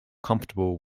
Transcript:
comfortable